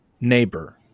neighbor